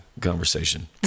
conversation